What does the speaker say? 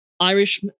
Irish